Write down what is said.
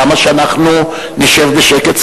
למה שאנחנו נשב בשקט?